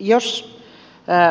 jos